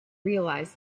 realised